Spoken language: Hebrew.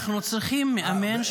אנחנו צריכים מאמן.